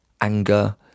Anger